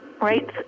right